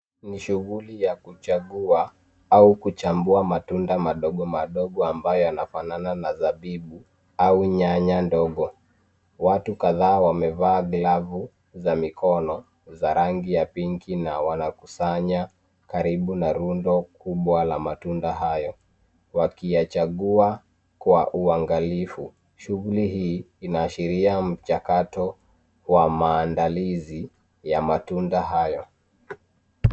Ni shughuli ya kuchagua au kuchambua matunda madogo madogo ambayo yanafanana na zabibu au nyanya ndogo. Watu kadhaa wamevaa glavu za mikono za rangi ya pinki na wanakusanya karibu na rundo kubwa la matunda hayo, wakiyachagua kwa uangalifu. Shughuli hii inaashiria mchakato wa maandalizi ya matunda hayo.